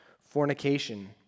fornication